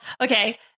Okay